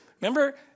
remember